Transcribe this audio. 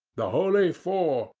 the holy four,